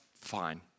fine